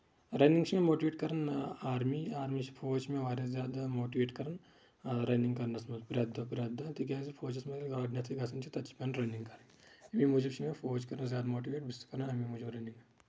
running چھےٚ مےٚ motivate کران آرمی آرمی چھ فوج چُھ مےٚ واریاہ زیادٕ موٹویٹ کران رَنِنگ کرنَس منٛز پریٚتھ دوہ پریٚتھ دوہ تِکیٚازِ فوجس منٛز ییٚلہِ گۄڈٕنیٚتھٕے گژھان چھِ تِتہِ چھِ پیٚوان رَنِنگ کرٕنۍ اَمہِ موجوب چُھ مےٚ فوج کران زیادٕ موٹِویٹ بہٕ چھُس کران اَمہ موجوب رَنِنگ